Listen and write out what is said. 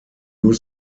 new